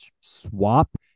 swap